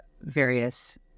Various